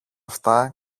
αυτά